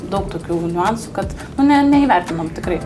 daug tokių niuansų kad nu ne neįvertinom tikrai